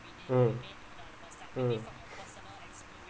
mm mm